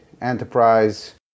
enterprise